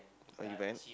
oh you went